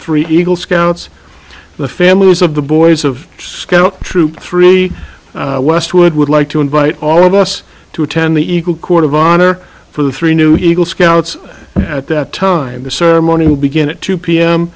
three eagle scouts the families of the boys of scout troop three west would would like to invite all of us to attend the eagle court of honor for the three new eagle scouts at that time the sermon who begin at two p